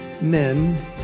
men